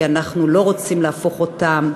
כי אנחנו לא רוצים להפוך אותם,